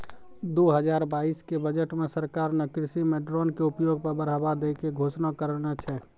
दू हजार बाइस के बजट मॅ सरकार नॅ कृषि मॅ ड्रोन के उपयोग पर बढ़ावा दै के घोषणा करनॅ छै